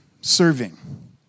Serving